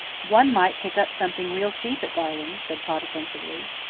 one might pick up something real cheap at garland's, said pa defensively.